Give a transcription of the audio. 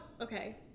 Okay